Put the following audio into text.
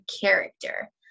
character